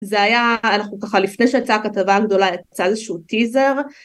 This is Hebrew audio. זה היה, אנחנו ככה, לפני שיצאה הכתבה הגדולה, יצא איזשהו טיזר.